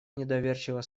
недоверчиво